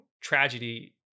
tragedy